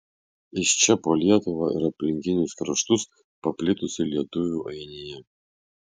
iš čia po lietuvą ir aplinkinius kraštus paplitusi lietuvių ainija